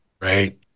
right